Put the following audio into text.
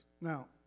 Now